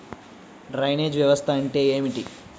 Drainage వ్యవస్థ అంటే ఏమిటి?